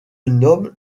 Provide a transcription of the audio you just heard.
nomme